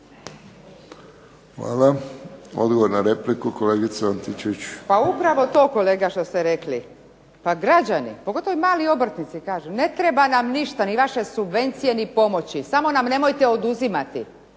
**Antičević Marinović, Ingrid (SDP)** Pa upravo to kolega što ste rekli, pa građani, pogotovo mali obrtnici kažu ne treba nam ništa ni vaše subvencije ni pomoći, samo nam nemojte oduzimati,